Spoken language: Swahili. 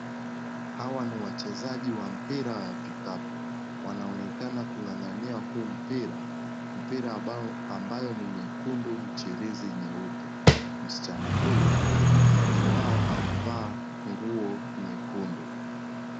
Hawa ni wachezaji wa mpira wa vikapu wanaonekana kung'ang'ania huu mpira, mpira ambayo ni nyekundu michirizi nyeupe. Msichana huyu, mmoja wao amevaa nguo nyekundu.